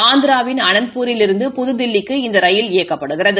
ஆந்திராவின் அனந்த்பூரிலிருந்து புதுதில்லிக்கு இந்த ரயில் இயக்கப்படுகிறது